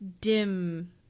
dim